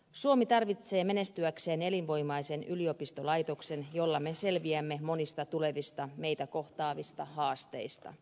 suomi tarvitsee menestyäkseen elinvoimaisen yliopistolaitoksen jolla me selviämme monista tulevista meitä kohtaavista haasteista